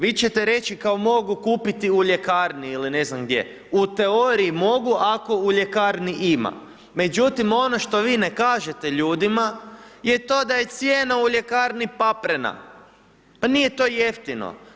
Vi ćete reći kao mogu kupiti u ljekarni ili ne znam gdje, u teoriji mogu ako u ljekarni ima, međutim, ono što vi ne kažete ljudima je to da je cijena u ljekarni paprena, pa nije to jeftino.